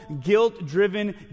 guilt-driven